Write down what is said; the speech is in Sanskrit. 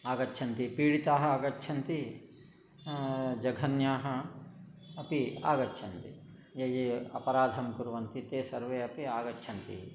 आगच्छन्ति पीडिताः आगच्छन्ति जघन्याः अपि आगच्छन्ति ये ये अपराधं कुर्वन्ति ते सर्वेऽपि आगच्छन्ति